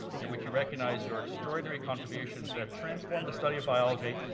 through which we recognize your extraordinary contributions that have transformed the study of biology,